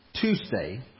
Tuesday